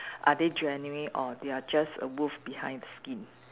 are they genuine or they are just a wolf behind the skin